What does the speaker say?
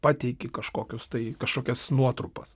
pateiki kažkokius tai kažkokias nuotrupas